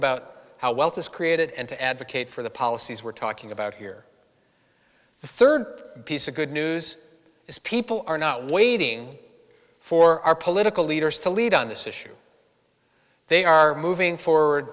about how wealth is created and to advocate for the policies we're talking about here the third piece of good news is people are not waiting for our political leaders to lead on this issue they are moving forward